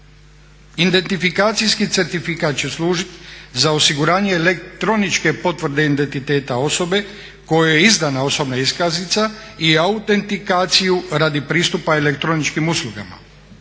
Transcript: Identifikacijski certifikat će služiti za osiguranje elektroničke potvrde identiteta osobe kojoj je izdana osobna iskaznica i autentikaciju radi pristupa elektroničkim uslugama.